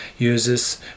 uses